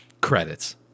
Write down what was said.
Credits